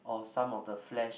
or some of the flesh